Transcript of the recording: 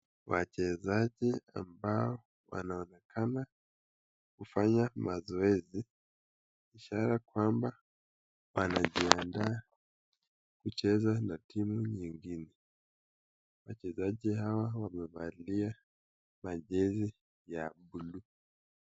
Wachezaji ambao wanaonekana kufanya mazoezi, ishara kwamba wanajiandaa kucheza na timu nyingine, wachezaji hawa wamevali majezi ya buluu.